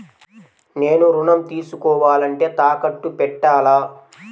నేను ఋణం తీసుకోవాలంటే తాకట్టు పెట్టాలా?